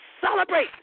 celebrate